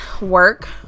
work